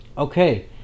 Okay